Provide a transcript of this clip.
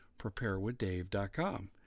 preparewithdave.com